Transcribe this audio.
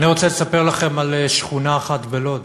אני רוצה לספר לכם על שכונה אחת בלוד,